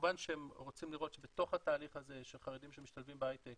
כמובן שהם רוצים לראות שבתוך התהליך הזה של חרדים שמשתלבים בהייטק